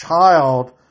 child